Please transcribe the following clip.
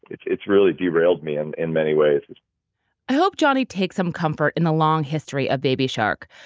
it's it's really derailed me and in many ways i hope johnny takes some comfort in the long history of baby shark,